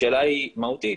השאלה היא מהותית,